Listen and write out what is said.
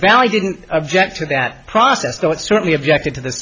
value didn't object to that process though it certainly objected to the